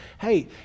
Hey